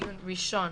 בדיון ראשון